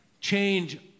Change